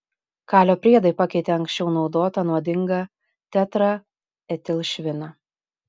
kalio priedai pakeitė anksčiau naudotą nuodingą tetraetilšviną